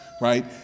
Right